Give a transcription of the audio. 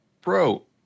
bro